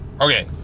okay